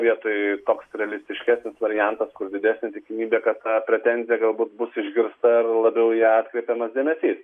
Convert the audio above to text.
vietoj koks realistiškesnis variantas didesnė tikimybė kad ta pretenzija galbūt bus išgirsta ir labiau į ją atkreipiamas dėmesys